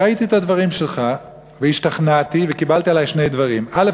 ראיתי את הדברים שלך והשתכנעתי וקיבלתי עלי שני דברים: א.